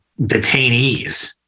detainees